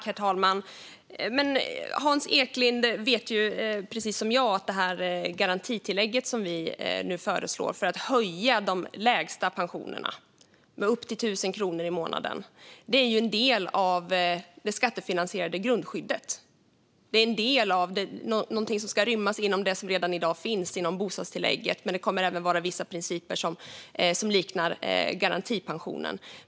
Herr talman! Hans Eklind vet precis som jag att garantitillägget som vi nu föreslår för att höja de lägsta pensionerna med upp till 1 000 kronor i månaden är en del av det skattefinansierade grundskyddet. Det ska rymmas inom det som redan i dag finns för bostadstillägget, men det kommer även att vara vissa principer som liknar garantipensionen.